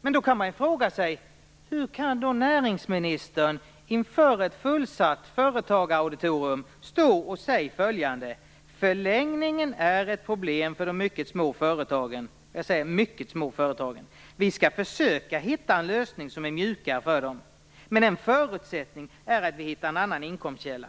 Men då kan man fråga sig hur näringsministern inför ett fullsatt företagarauditorium kan stå och säga följande: Förlängningen är ett problem för de mycket små företagen - de mycket små företagen. Vi skall försöka hitta en lösning som är mjukare för dem, men en förutsättning är att vi hittar en annan inkomstkälla.